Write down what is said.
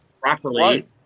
properly